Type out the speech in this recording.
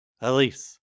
Elise